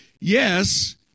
yes